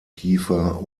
kiefer